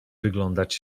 wyglądać